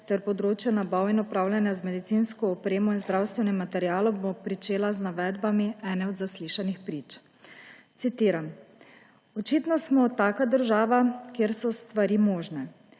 ter področju nabav in upravljanja z medinsko opremo in zdravstvenim materialom, bom začela z navedbami ene od zaslišanih prič. Citiram: »Očitno smo taka država, kjer so stvari možne.